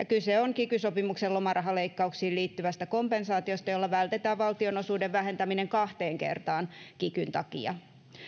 kyse on kiky sopimuksen lomarahaleikkauksiin liittyvästä kompensaatiosta jolla vältetään valtionosuuden vähentäminen kahteen kertaan kikyn takia